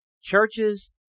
churches